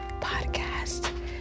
podcast